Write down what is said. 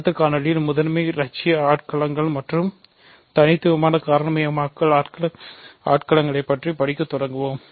அடுத்த காணொளியில் முதன்மை இலட்சிய ஆட்களங்கள் மற்றும் தனித்துவமான காரணிமயமாக்கல் ஆட்களங்களைப் படிக்கத் தொடங்குவோம்